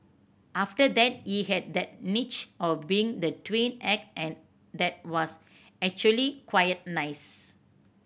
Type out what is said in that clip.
after that he had that niche of being the twin act and that was actually quite nice